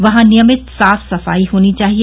वहां नियमित साफ सफाई होनी चाहिए